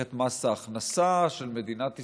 מערכת מס ההכנסה של מדינת ישראל,